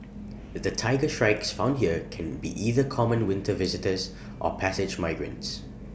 the Tiger Shrikes found here can be either common winter visitors or passage migrants